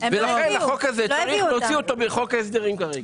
את החוק הזה צריך להוציא מחוק ההסדרים כרגע.